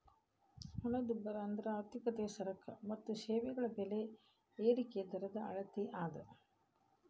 ಹಣದುಬ್ಬರ ಅಂದ್ರ ಆರ್ಥಿಕತೆಯ ಸರಕ ಮತ್ತ ಸೇವೆಗಳ ಬೆಲೆ ಏರಿಕಿ ದರದ ಅಳತಿ ಅದ